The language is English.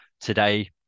Today